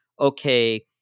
okay